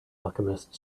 alchemist